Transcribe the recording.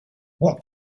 what